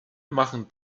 machen